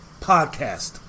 podcast